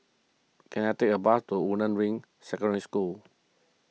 can I take a bus to Woodlands Ring Secondary School